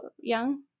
young